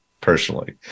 personally